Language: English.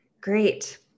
Great